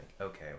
okay